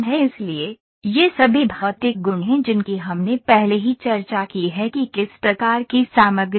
इसलिए ये सभी भौतिक गुण हैं जिनकी हमने पहले ही चर्चा की है कि किस प्रकार की सामग्री है